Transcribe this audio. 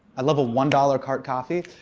i love a one dollar cart coffee.